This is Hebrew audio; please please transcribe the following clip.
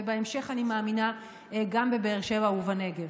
ובהמשך אני מאמינה שגם בבאר שבע ובנגב.